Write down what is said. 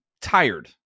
tired